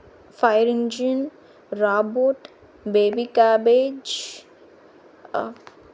fire engine robot baby cabbage